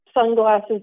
sunglasses